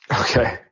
Okay